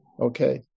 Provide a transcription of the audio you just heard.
okay